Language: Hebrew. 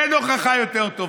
אין הוכחה יותר טובה.